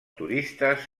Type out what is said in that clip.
turistes